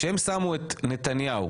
כשהם שמו את נתניהו,